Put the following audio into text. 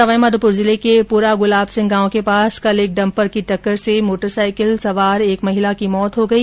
सवाईमाधोपुर जिले के पुरा गुलाब सिंह गांव के पास कल एक डम्पर की टक्कर से मोटरसाइकिल सवार महिला की मौत हो गई